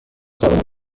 توانم